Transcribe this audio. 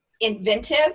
inventive